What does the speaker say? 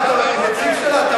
מה, אתה נציג שלה?